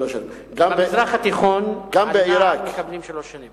במזרח התיכון על נעל מקבלים שלוש שנים.